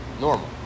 normal